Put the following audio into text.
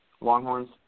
Longhorns